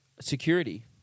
security